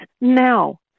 now